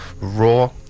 raw